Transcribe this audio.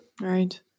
right